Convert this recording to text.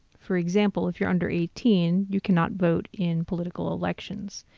for example, if you're under eighteen, you cannot vote in political elections.